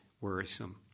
worrisome